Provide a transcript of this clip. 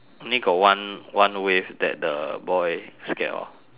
only got one one wave that the boy scared of